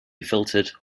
filtered